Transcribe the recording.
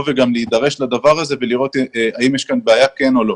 וגם להידרש לדבר הזה ולראות האם יש כאן בעיה כן או לא.